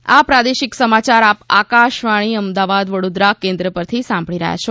corona સંદેશ આ પ્રાદેશિક સમાચાર આપ આકશવાણીના અમદાવાદ વડોદરા કેન્દ્ર પરથી સાંભળી રહ્યા છે